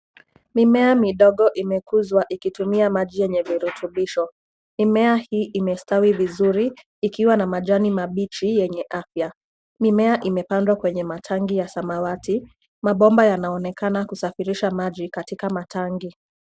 Mimea midogo imekuzwa ikitumia maji yemye virutubisho. Mimea hii imestawi vizuri, ikiwa na majani mabichi yenye afya. Mimea imepandwa kwenye matangi ya samawati. Mabomba yanaonekana kusafirisha maji katika matangi.